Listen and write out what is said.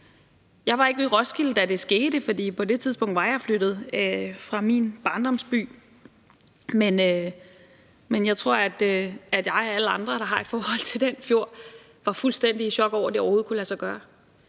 Jeg var ikke ved Roskilde, da det skete, for på det tidspunkt var jeg flyttet fra min barndomsby, men jeg tror, at jeg og alle andre, der har et forhold til den fjord, var fuldstændig i chok over, at det overhovedet kunne lade sig gøre,